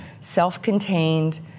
self-contained